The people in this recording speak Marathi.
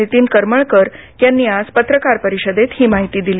नितीन करमळकर यांनी आज पत्रकार परिषदेत ही माहिती दिली